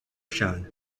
shown